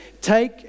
Take